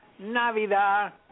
Navidad